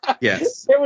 Yes